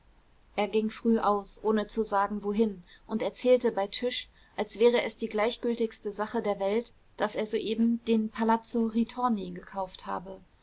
er ging früh aus ohne zu sagen wohin und erzählte bei tisch als wäre es die gleichgültigste sache der welt daß er soeben den palazzo ritorni gekauft habe